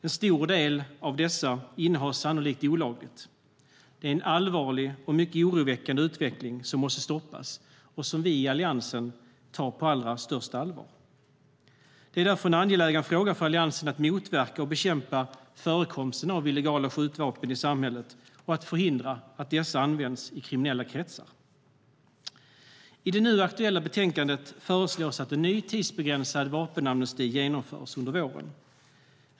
En stor del av dessa innehas sannolikt olagligt. Det är en allvarlig och mycket oroväckande utveckling som måste stoppas och som vi i Alliansen tar på allra största allvar. Det är därför en angelägen fråga för Alliansen att motverka och bekämpa förekomsten av illegala skjutvapen i samhället och att förhindra att dessa används i kriminella kretsar. I det nu aktuella betänkandet föreslås att en ny tidsbegränsad vapenamnesti genomförs under våren.